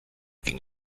ging